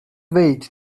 wait